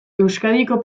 euskadiko